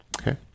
Okay